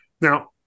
Now